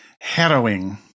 Harrowing